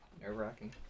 nerve-wracking